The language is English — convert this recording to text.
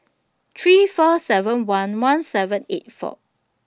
three four seven one one seven eight four